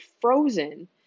frozen